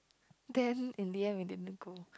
then in the end we didn't go